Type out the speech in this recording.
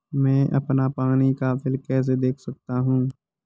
मैं अपना पानी का बिल कैसे देख सकता हूँ?